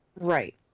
right